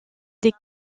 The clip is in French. des